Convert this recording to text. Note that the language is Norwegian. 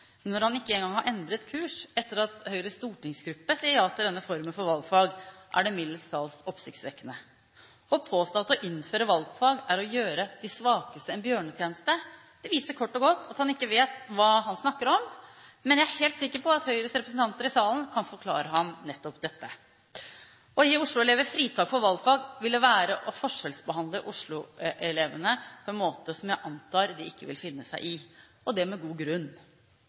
når han ikke engang har endret kurs etter at Høyres storingsgruppe sier ja til denne formen for valgfag, er det mildest talt oppsiktsvekkende å påstå at å innføre valgfag er å gjøre disse svakeste en bjørnetjeneste. Det viser kort og godt at han ikke vet hva han snakker om, men jeg er helt sikker på at Høyres representanter i salen kan forklare ham nettopp dette. Å gi Oslo-elever fritak for valgfag, ville være å forskjellsbehandle Oslo-elevene på en måte som jeg antar de ikke vil finne seg i, og det med god grunn.